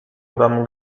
domu